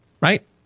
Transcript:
Right